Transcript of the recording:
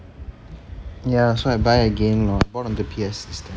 ya so I buy again lor not under P_S system